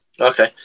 okay